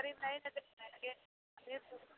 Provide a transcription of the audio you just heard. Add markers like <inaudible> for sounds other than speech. अरे नहीं नहीं <unintelligible>